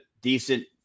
decent